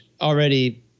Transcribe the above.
already